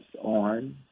on